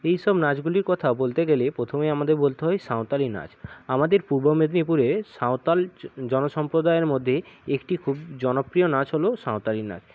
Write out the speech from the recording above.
এই সব নাচগুলির কথা বলতে গেলে প্রথমেই আমাদের বলতে হয় সাঁওতালি নাচ আমাদের পূর্ব মেদিনীপুরে সাঁওতাল জনসম্প্রদায়ের মধ্যে একটি খুব জনপ্রিয় নাচ হল সাঁওতালি নাচ